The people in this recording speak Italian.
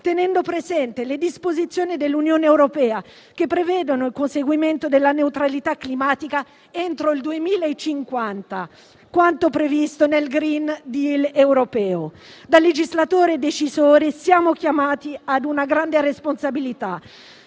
tenendo presenti le disposizioni dell'Unione europea, che prevedono il conseguimento della neutralità climatica entro il 2050 (quanto previsto nel *green deal* europeo). Da legislatori e decisori siamo chiamati a una grande responsabilità,